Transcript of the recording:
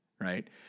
right